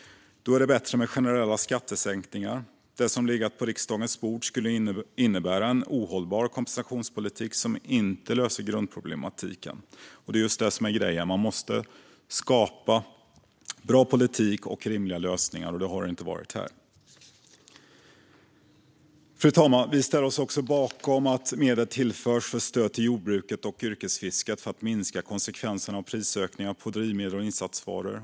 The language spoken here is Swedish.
Det är bättre med generella skattesänkningar. Det som legat på riksdagens bord skulle innebära en ohållbar kompensationspolitik som inte löser grundproblematiken. Det är just detta som är grejen: Man måste skapa bra politik och rimliga lösningar, och så har inte skett här. Fru talman! Vi ställer oss bakom att medel tillförs för stöd till jordbruket och yrkesfisket för att minska konsekvenserna av prisökningar på drivmedel och insatsvaror.